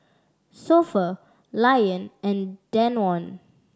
So Pho Lion and Danone